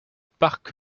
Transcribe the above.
parc